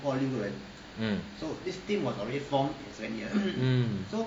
mm